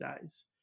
days